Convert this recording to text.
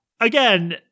Again